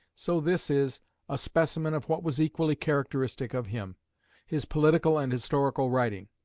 so this is a specimen of what was equally characteristic of him his political and historical writing.